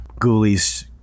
ghoulies